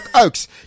Oaks